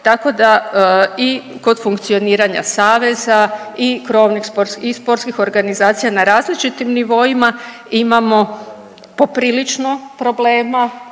tako da i kod funkcioniranja saveza i krovnih i sportskih organizacija na različitim nivoima imamo poprilično problema